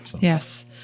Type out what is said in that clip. yes